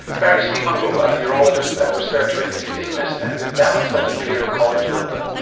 barry seemungal, a neurologist and researcher into dizziness and imbalance at imperial college london.